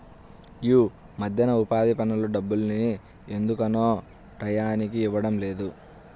యీ మద్దెన ఉపాధి పనుల డబ్బుల్ని ఎందుకనో టైయ్యానికి ఇవ్వడం లేదు